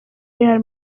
real